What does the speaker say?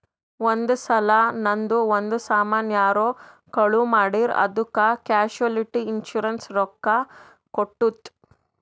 ಒಂದ್ ಸಲಾ ನಂದು ಒಂದ್ ಸಾಮಾನ್ ಯಾರೋ ಕಳು ಮಾಡಿರ್ ಅದ್ದುಕ್ ಕ್ಯಾಶುಲಿಟಿ ಇನ್ಸೂರೆನ್ಸ್ ರೊಕ್ಕಾ ಕೊಟ್ಟುತ್